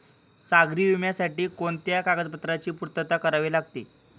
सागरी विम्यासाठी कोणत्या कागदपत्रांची पूर्तता करावी लागते?